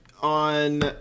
On